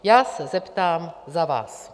Já se zeptám za vás.